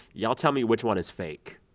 y'all tell me which one is fake.